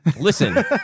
Listen